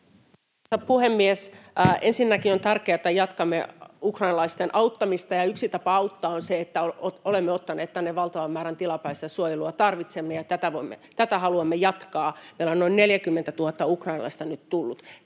puhemies! Ensinnäkin on tärkeää, että jatkamme ukrainalaisten auttamista, ja yksi tapa auttaa on se, että olemme ottaneet tänne valtavan määrän tilapäistä suojelua tarvitsevia, ja tätä haluamme jatkaa. Meille on noin 40 000 ukrainalaista nyt tullut.